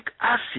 acid